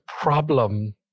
problem